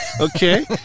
okay